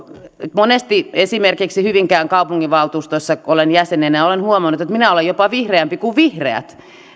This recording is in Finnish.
monesti esimerkiksi hyvinkään kaupunginvaltuustossa kun olen jäsenenä olen huomannut että minä olen jopa vihreämpi kuin vihreät